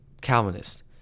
Calvinist